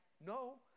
no